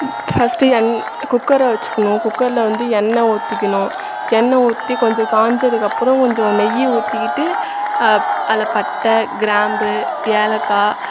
first என் குக்கரை வச்சுக்கணும் குக்கர்ல வந்து எண்ணெய் ஊற்றிக்கணும் எண்ணெய் ஊற்றி கொஞ்சம் காஞ்சதுக்கு அப்புறம் கொஞ்சம் நெய் ஊற்றிக்கிட்டு அதில் பட்டை கிராம்பு ஏலக்காய்